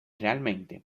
realmente